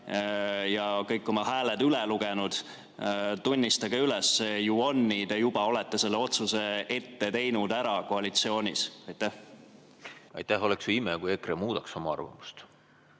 ja kõik oma hääled üle lugenud. Tunnistage üles, see ju on nii, et te juba olete selle otsuse ette ära teinud koalitsioonis. Aitäh! Oleks ju ime, kui EKRE muudaks oma arvamust